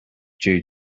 due